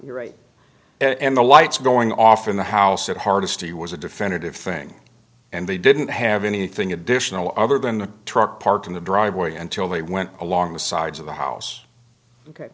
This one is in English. you're right and the lights going off in the house at hardesty was a definitive thing and they didn't have anything additional other than a truck parked in the driveway until they went along the sides of the house